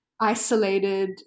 isolated